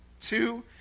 Two